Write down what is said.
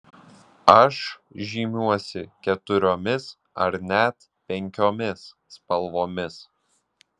aš žymiuosi keturiomis ar net penkiomis spalvomis